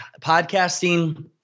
Podcasting